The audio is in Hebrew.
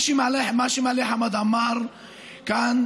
מה שמעלה חמד עמאר כאן,